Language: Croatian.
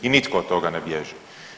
I nitko od toga ne bježi.